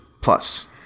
plus